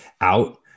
out